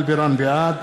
בעד